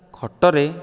ଖଟରେ